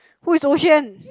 who is Oh xuan